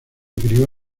crió